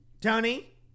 Tony